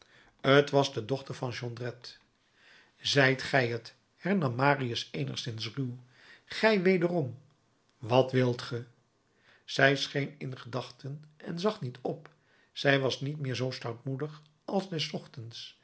t was de dochter van jondrette zijt gij t hernam marius eenigszins ruw gij wederom wat wilt ge zij scheen in gedachten en zag niet op zij was niet meer zoo stoutmoedig als des